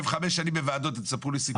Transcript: אני יושב חמש שנים בוועדת, אתם תספרו לי סיפורים?